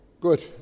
Good